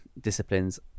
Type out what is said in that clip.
disciplines